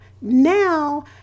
Now